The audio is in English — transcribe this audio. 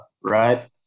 right